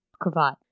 Cravat